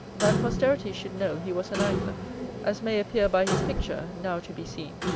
that posterity should know he was an angler as may appear by his picture, now to be seen,